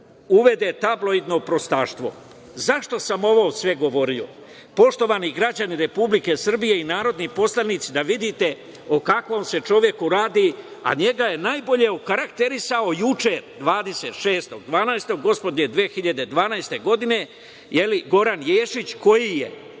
uvede tabloidno prostaštvo. Zašto sam ovo sve govorio? Poštovani građani Republike Srbije i narodni poslanici, da vidite o kakvom se čoveku radi, a njega je najbolje okarakterisao juče 26.12.2020. godine, Goran Ješić, koji je